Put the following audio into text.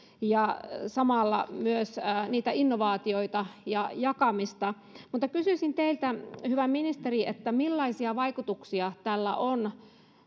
ja samalla myös niitä innovaatioita ja jakamista kysyisin teiltä hyvä ministeri millaisia vaikutuksia tällä on